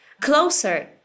closer